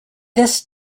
this